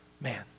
man